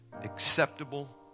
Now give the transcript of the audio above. acceptable